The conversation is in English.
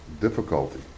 difficulty